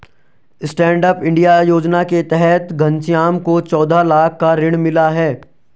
stand up India योजना के तहत घनश्याम को चौदह लाख का ऋण मिला है